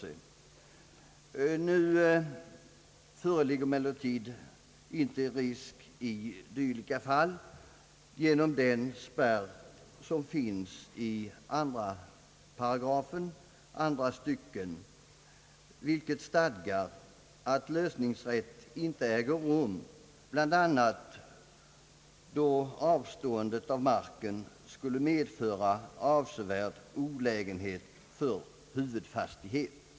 Nu föreligger emellertid inte någon risk i dylika fall på grund av den spärr som finns i 2 § andra stycket, där det stadgas att lösningsrätt inte äger rum bland annat då avståendet av marken skulle medföra avsevärd olägenhet för huvudfastighet.